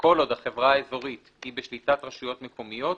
וכל עוד החברה האזורית היא בשליטת רשויות מקומיות,